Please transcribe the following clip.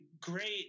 great